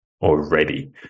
already